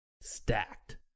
Stacked